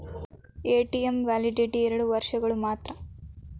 ATM validity ಎರಡು ವರ್ಷಗಳು ಮಾತ್ರ